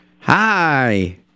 Hi